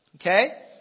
Okay